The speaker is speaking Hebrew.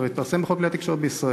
זה כבר התפרסם בכל כלי התקשורת בישראל,